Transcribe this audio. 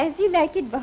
as you like it but